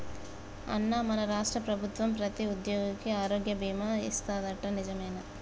అన్నా మన రాష్ట్ర ప్రభుత్వం ప్రతి ఉద్యోగికి ఆరోగ్య బీమా ఇస్తాదట నిజమేనా